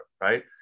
right